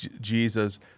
Jesus